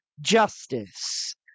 justice